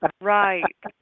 Right